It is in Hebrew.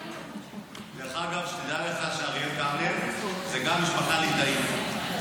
דרך אגב, שתדע לך שאריאל קלנר זה גם משפחה ליטאית.